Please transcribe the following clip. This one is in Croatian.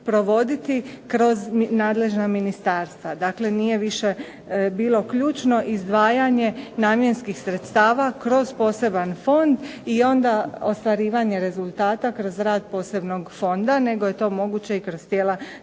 provoditi kroz nadležna ministarstva. Dakle, nije više bilo ključno izdvajanje namjenskih sredstava kroz poseban fond i onda ostvarivanje rezultata kroz rad posebnog fonda, nego je to moguće i kroz tijela